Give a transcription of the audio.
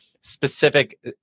specific